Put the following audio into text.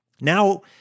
now